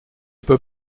peut